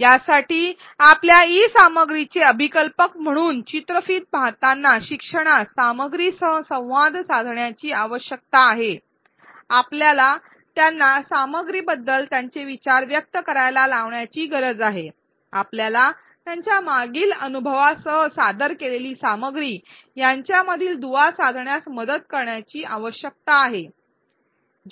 यासाठी आपल्याला ई सामग्रीचे अभिकल्पक म्हणून चित्रफित पाहताना शिक्षणास सामग्रीसह संवाद साधण्याची आवश्यकता आहे आपल्याला त्यांना सामग्रीबद्दल त्यांचे विचार व्यक्त करायला लावण्याची गरज आहे आपल्याला त्यांच्या मागील अनुभवासह सादर केलेली सामग्री यांच्यामधील दुवा साधण्यास मदत करण्याची आवश्यकता आहे